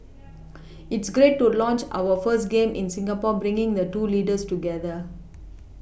it's great to launch our first game in Singapore bringing the two leaders together